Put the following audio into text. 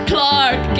Clark